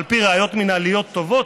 על פי ראיות מינהליות טובות,